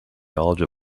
knowledge